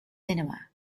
cinema